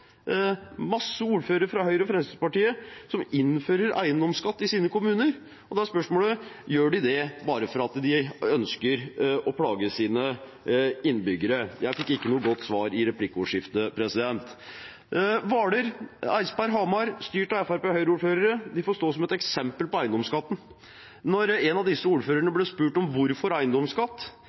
ordførere fra Høyre og Fremskrittspartiet som innfører eiendomsskatt i sine kommuner, og da er spørsmålet: Gjør de det bare fordi de ønsker å plage sine innbyggere? Jeg fikk ikke noe godt svar i replikkordskiftet. Hvaler, Eidsberg og Hamar er styrt av Fremskrittsparti- og Høyre-ordførere og får stå som eksempel på eiendomsskatten. Da en av disse ordførerne ble spurt om hvorfor det var eiendomsskatt,